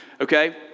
okay